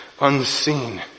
unseen